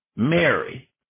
Mary